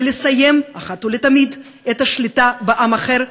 ולסיים אחת ולתמיד את השליטה בעם אחר,